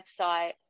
website